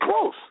close